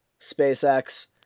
SpaceX